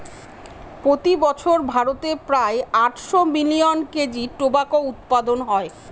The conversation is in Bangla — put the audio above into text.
প্রতি বছর ভারতে প্রায় আটশো মিলিয়ন কেজি টোবাকো উৎপাদন হয়